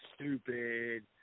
stupid